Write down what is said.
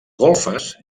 golfes